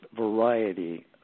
variety